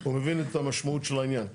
הוא מבין את המשמעות של העניין.